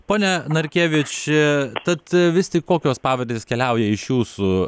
pone narkevič tad vis tik kokios pavardės keliauja iš jūsų